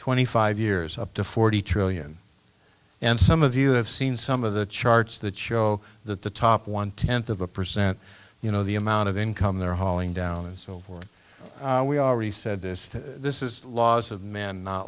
twenty five years up to forty trillion and some of you have seen some of the charts that show that the top one tenth of a percent you know the amount of income they're hauling down and so forth we already said this this is the laws of men